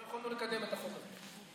לא יכולנו לקדם את החוק הזה.